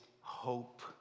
hope